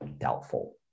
doubtful